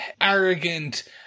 arrogant